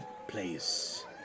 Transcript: place